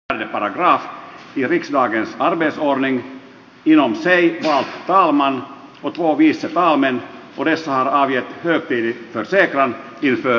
ilon se lipsahtamaan potkua viisi palmen puristaa ja näytti täysistunto alkaa